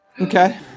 okay